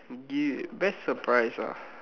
you best surprise ah